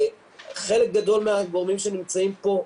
חלק גדול מהגורמים שנמצאים פה,